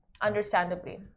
understandably